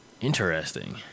Interesting